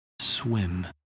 Swim